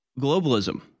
Globalism